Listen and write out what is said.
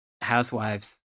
housewives